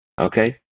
okay